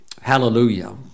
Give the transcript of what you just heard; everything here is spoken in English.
hallelujah